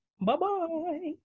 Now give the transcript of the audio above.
Bye-bye